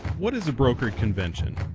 what is a brokered convention?